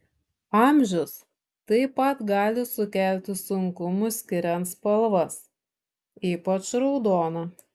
amžius taip pat gali sukelti sunkumų skiriant spalvas ypač raudoną